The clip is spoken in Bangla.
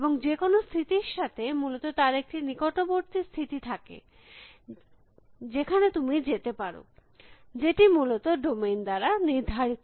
এবং যে কোনো স্থিতির সাথে মূলত তার একটি নিকটবর্তী স্থিতি থাকে যেখানে তুমি যেতে পারো যেটি মূলত ডোমেইন দ্বারা নির্ধারিত